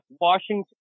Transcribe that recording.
Washington